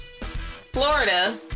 Florida